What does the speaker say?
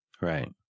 Right